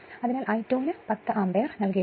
അതിനാൽ I2 ന് 10 ആമ്പിയറും നൽകിയിരിക്കുന്നു